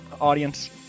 audience